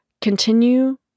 continue